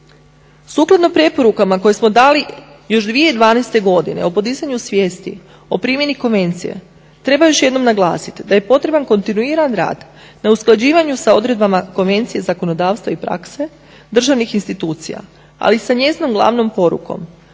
Sukladno preporukama koje smo dali još 2012.godine o podizanju svijesti o primjeni konvencije treba još jednom naglasiti da je potreban kontinuirani rad na usklađivanju sa odredbama konvencije, zakonodavstva i prakse, državnih institucija, ali sa njezinom glavnom porukom,